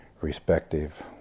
respective